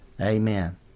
Amen